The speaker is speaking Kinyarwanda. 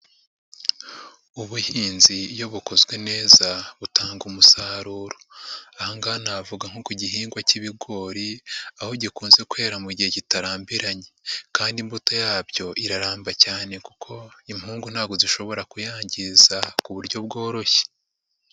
Ubuhinzi iyo bukozwe neza butanga umusaruro, aha ngaha havuga nko ku gihingwa k'ibigori aho gikunze kwehera mu gihe kitarambiranye kandi imbuto yabyo iraramba cyane kuko impugu ntabwo zishobora kuyangiza ku buryo bworoshye.